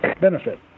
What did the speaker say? benefit